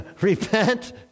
Repent